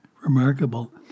remarkable